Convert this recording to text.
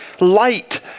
light